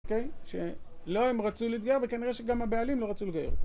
שלא הם רצו להתגייר, וכנראה שגם הבעלים לא רצו לגייר אותה.